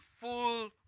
full